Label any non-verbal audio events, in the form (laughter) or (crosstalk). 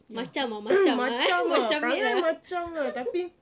ya (coughs) macam ah perangai macam ah tapi